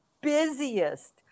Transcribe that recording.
busiest